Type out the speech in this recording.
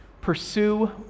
pursue